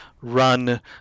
run